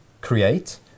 create